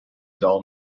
doll